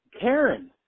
Karen